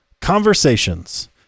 conversations